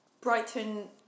Brighton